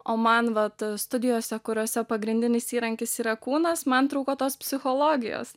o man vat studijose kuriose pagrindinis įrankis yra kūnas man trūko tos psichologijos